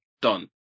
done